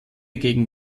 gegen